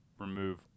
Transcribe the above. remove